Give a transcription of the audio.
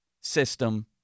system